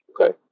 Okay